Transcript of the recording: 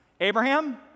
Abraham